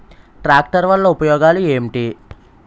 Tractor వల్ల ఉపయోగాలు ఏంటీ?